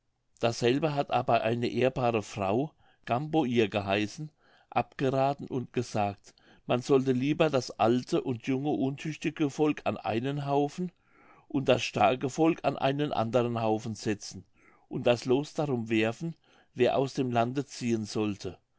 dasselbe hat aber eine ehrbare frau gamboir geheißen abgerathen und gesagt man sollte lieber das alte und junge untüchtige volk an einen haufen und das starke volk an einen anderen haufen setzen und das loos darum werfen wer aus dem lande ziehen sollte